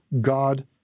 God